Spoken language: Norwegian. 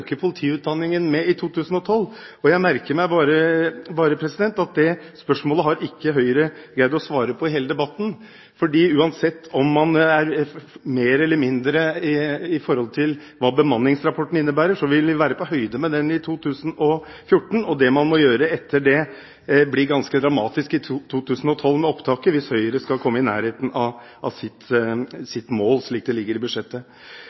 politiutdanningen med i 2012. Jeg merker meg bare at dette spørsmålet har Høyre under hele debatten ikke greid å svare på. Uansett om det er mer eller mindre i forhold til hva bemanningsrapporten innebærer, vil vi være på høyde med den i 2014. Det man må gjøre etter det, vil bli ganske dramatisk i 2012 med hensyn til opptaket, hvis Høyre skal komme i nærheten av sitt mål, slik det ligger i budsjettet.